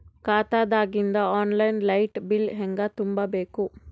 ಖಾತಾದಾಗಿಂದ online light bill ಹೇಂಗ ತುಂಬಾ ಬೇಕು?